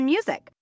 Music